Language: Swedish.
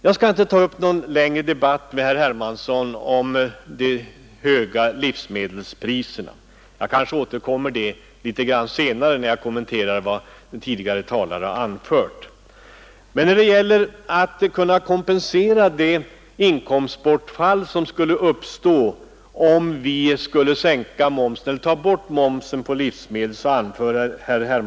Jag skall inte ta upp någon längre debatt med herr Hermansson om de höga livsmedelspriserna — jag återkommer litet senare, när jag kommenterar vad de övriga talarna har anfört. Herr Hermansson hade emellertid vissa förslag till hur vi skulle kunna kompensera det inkomstbortfall som skulle uppstå om vi tog bort momsen på livsmedel. Bl.